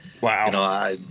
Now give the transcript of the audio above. Wow